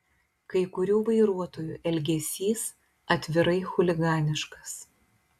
kai kurių vairuotojų elgesys atvirai chuliganiškas